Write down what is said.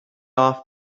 off